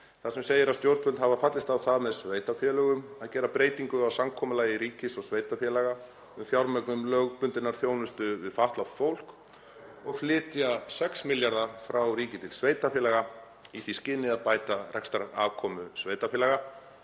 þar sem segir að stjórnvöld hafi fallist á það með sveitarfélögum að gera breytingu á samkomulagi ríkis og sveitarfélaga um fjármögnun lögbundinnar þjónustu við fatlað fólk og flytja 6 milljarða frá ríki til sveitarfélaga í því skyni að bæta rekstrarafkomu sveitarfélaga